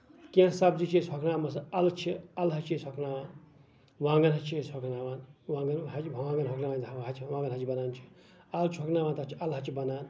کیٚنٛہہ سَبزی چھِ أسۍ ہۄکھناوان مَثلن اَلہٕ چھِ اَلہٕ ہَچہِ چھِ أسۍ ہۄکھناوان وانگن ہَچہِ چھِ أسۍ ہۄکھناوان وانگن ہۄکھناوان وانگن ہَچہِ بَنان چھِ اَلہٕ چھِ ہۄکھناوان تَتھ چھِ اَلہٕ ہَچہِ بَنان